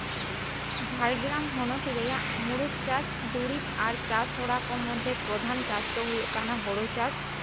ᱡᱷᱟᱲᱜᱨᱟᱢ ᱦᱚᱱᱚᱛ ᱨᱮᱭᱟᱜ ᱢᱩᱬᱩᱛ ᱪᱟᱥ ᱫᱩᱨᱤᱵᱽ ᱟᱨ ᱪᱟᱥ ᱦᱚᱨᱟ ᱠᱚ ᱢᱚᱫᱽᱫᱷᱮ ᱯᱨᱚᱫᱷᱟᱱ ᱪᱟᱥ ᱫᱚ ᱦᱳᱭᱳᱜ ᱠᱟᱱᱟ ᱦᱳᱲᱳ ᱪᱟᱥ